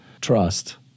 trust